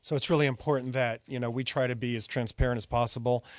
so it's really important that, you know, we try to be as transparent as possible,